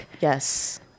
Yes